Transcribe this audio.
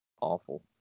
awful